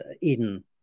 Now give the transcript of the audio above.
Eden